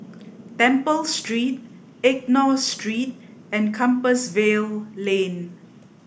Temple Street Enggor Street and Compassvale Lane